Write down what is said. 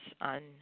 on